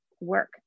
work